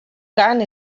cant